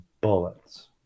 bullets